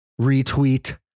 retweet